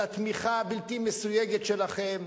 על התמיכה הבלתי-מסויגת שלכם,